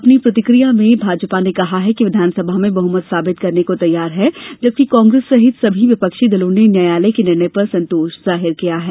अपनी प्रतिक्रिया में भाजपा ने कहा है कि विधानसभा में बहुमत साबित करने को तैयार हैं जबकि कांग्रेस सहित समी विपक्षी दलों ने न्यायालय के निर्णय पर संतोष जाहिर किया है